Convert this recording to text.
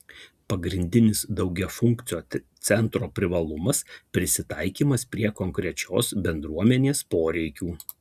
pagrindinis daugiafunkcio centro privalumas prisitaikymas prie konkrečios bendruomenės poreikių